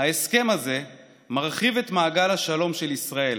"ההסכם הזה מרחיב את מעגל השלום של ישראל.